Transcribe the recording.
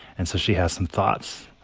and so she has some thoughts.